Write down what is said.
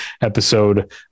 episode